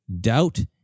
doubt